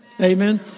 Amen